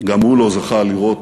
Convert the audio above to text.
גם הוא לא זכה לראות